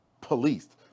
policed